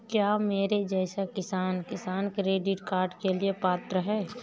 क्या मेरे जैसा किसान किसान क्रेडिट कार्ड के लिए पात्र है?